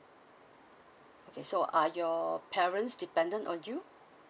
okay so are your parents dependent on you